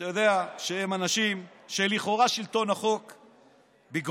אתה יודע, הם אנשים שלכאורה שלטון החוק בגרונם,